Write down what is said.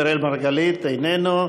אראל מרגלית, איננו,